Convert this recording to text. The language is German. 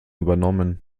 übernommen